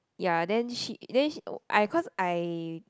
ya then she then she I cause I